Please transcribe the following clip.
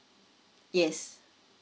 yes